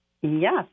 Yes